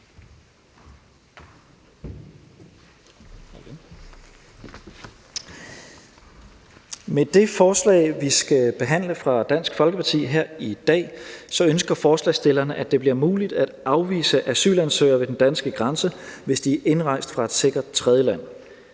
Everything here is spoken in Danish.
Med det forslag, vi skal behandle her i dag, fra Dansk Folkeparti, ønsker forslagsstillerne, at det bliver muligt at afvise asylansøgere ved den danske grænse, hvis de er indrejst fra et sikkert tredjeland.